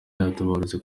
yaratabarutse